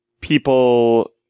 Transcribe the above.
people